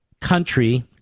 country